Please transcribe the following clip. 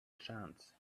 chance